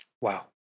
Wow